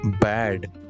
bad